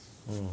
mm